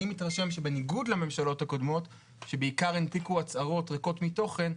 אני מתרשם שבניגוד לממשלות הקודמות שבעיקר הנפיקו הצהרות ריקות מתוכן,